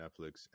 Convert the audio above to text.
Netflix